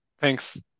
thanks